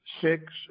six